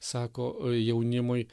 sako jaunimui